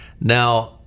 Now